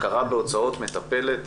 הכרה בהוצאת מטפלת